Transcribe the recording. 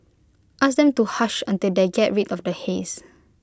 ask them to hush until they get rid of the haze